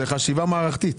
זאת חשיבה מערכית.